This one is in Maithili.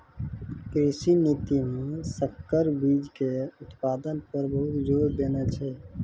कृषि नीति मॅ संकर बीच के उत्पादन पर बहुत जोर देने छै